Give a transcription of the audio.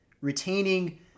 Retaining